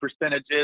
percentages